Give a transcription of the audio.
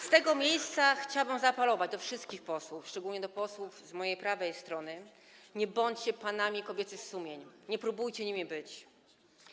Z tego miejsca chciałabym zaapelować do wszystkich posłów, szczególnie do posłów z mojej prawej strony: nie bądźcie panami kobiecych sumień, nie próbujcie nimi być.